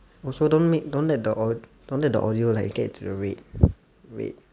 also don't make don't let the aud- don't let the audio like get into the red red